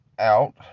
out